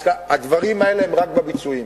הדברים האלה הם רק בביצועים.